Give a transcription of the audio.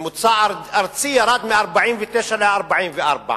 הממוצע הארצי ירד מ-49% ל-44%.